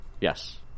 Yes